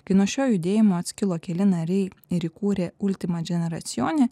kai nuo šio judėjimo atskilo keli nariai ir įkūrė ultimadžinercijone